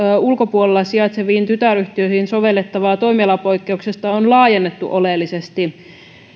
ulkopuolella sijaitseviin tytäryhtiöihin sovellettavaa tomialapoikkeusta on laajennettu oleellisesti